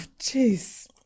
jeez